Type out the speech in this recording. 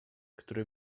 który